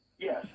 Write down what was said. Yes